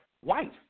White